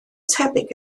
tebyg